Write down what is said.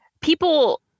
people